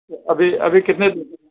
ابھی ابھی کتنے